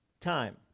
time